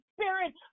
spirit